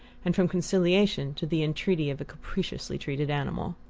and from conciliation to the entreaty of a capriciously-treated animal.